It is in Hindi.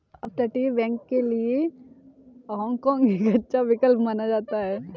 अपतटीय बैंक के लिए हाँग काँग एक अच्छा विकल्प माना जाता है